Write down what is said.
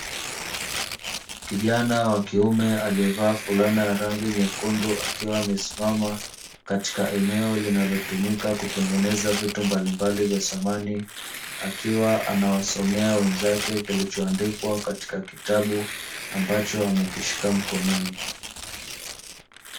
Kijana wa kiume aliyevaa fulana ya rangi nyekundu, akiwa amesimama katika eneo linalotumika kutengeneza vitu mbalimbali vya samani, akiwa anawasomea wenzake kilichoandikwa katika kitabu ambacho amekishika mkononi.